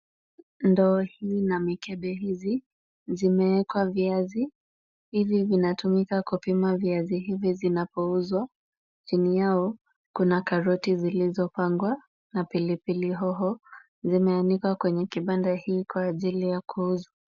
Ndoo hili na mikebe hizi, zimewekwa viazi. Ili zinatumika kupima viazi hivi vinapouzwa, chini yao, kuna karoti zilizopangwa na pilipili hoho, zimeanikwa kwenye kibanda hiki kwa ajili ya kuuzwa.